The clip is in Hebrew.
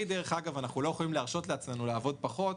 אנחנו לא יכולים להרשות לעצמנו לעבוד פחות,